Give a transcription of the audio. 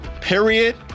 period